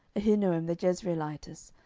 ahinoam the jezreelitess,